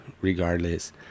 regardless